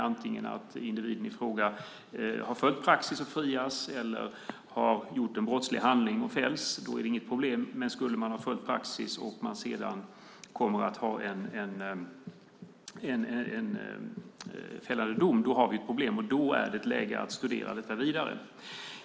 Antingen har individen följt praxis och frias, eller så har hon begått en brottslig handling och fälls. Då är det inget problem. Men om hon har följt praxis och det ändå blir en fällande dom har vi ett problem. Då är det läge att studera detta vidare.